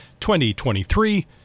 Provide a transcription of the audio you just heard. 2023